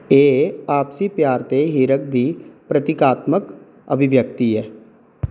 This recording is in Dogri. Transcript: एह् आपसी प्यार ते हिरख दी प्रतिकात्मकअभिव्यक्ति ऐ